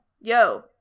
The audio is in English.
yo